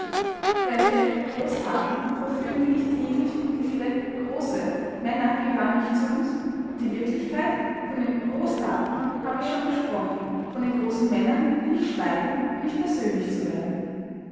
welche großtaten vollführen wir nicht täglich und wie viele große männer gehören nicht zu uns und die wirklichkeit von den großtaten habe ich schon gesprochen von den großen männern will ich schweigen um nicht persönlich zu werden